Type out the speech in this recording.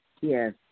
Yes